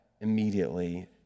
immediately